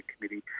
committee